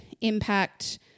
impact